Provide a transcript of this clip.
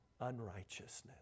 unrighteousness